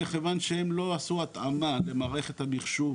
מכיוון שהם לא עשו התאמה למערכת המחשוב